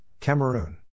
Cameroon